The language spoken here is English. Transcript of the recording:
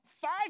Five